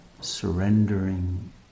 surrendering